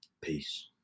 Peace